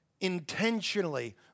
intentionally